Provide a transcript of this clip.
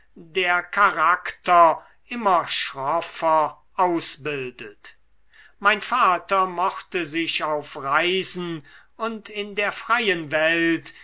der charakter immer schroffer ausbildet mein vater mochte sich auf reisen und in der freien welt